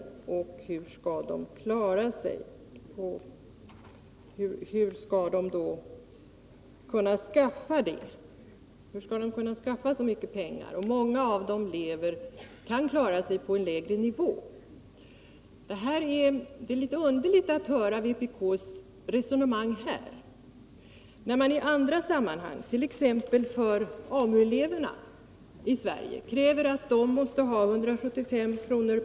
Hon frågade hur de skall kunna skaffa så mycket pengar och sade att många kan klara sig på en lägre nivå. Det är litet underligt att höra vpk:s resonemang här när vpk i andra sammanhang -—t.ex. för AMU-eleverna i Sverige — kräver att de skall få 175 kr.